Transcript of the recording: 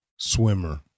Swimmer